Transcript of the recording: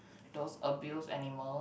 those abuse animal